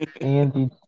Andy